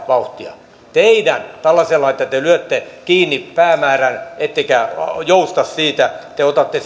vauhtia tällaisella että te lyötte kiinni päämäärän ettekä jousta siitä te otatte